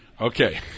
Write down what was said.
Okay